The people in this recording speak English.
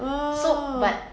oh